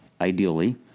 ideally